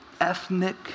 ethnic